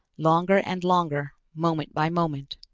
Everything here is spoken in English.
longer and longer, moment by moment.